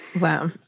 Wow